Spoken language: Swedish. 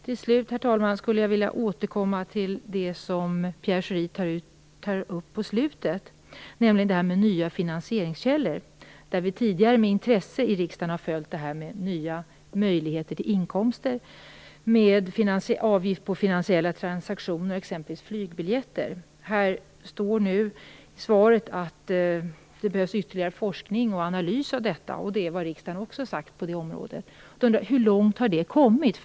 Till slut, herr talman, skulle jag vilja återkomma till det som Pierre Schori tar upp på slutet, nämligen nya finansieringskällor. Vi har tidigare med intresse i riksdagen följt frågan om nya möjligheter till inkomster, t.ex. avgift på finansiella transaktioner såsom flygbiljetter. I svaret står nu att det behövs ytterligare forskning och analys. Det är vad riksdagen också har sagt på det området. Hur långt har det kommit?